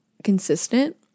consistent